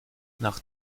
nach